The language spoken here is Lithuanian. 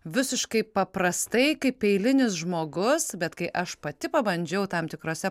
visiškai paprastai kaip eilinis žmogus bet kai aš pati pabandžiau tam tikrose